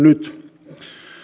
nyt